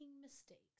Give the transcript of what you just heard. mistakes